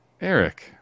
Eric